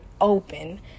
open